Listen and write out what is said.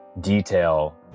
detail